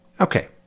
Okay